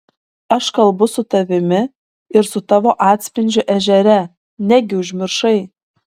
aš kalbu su tavimi ir su tavo atspindžiu ežere negi užmiršai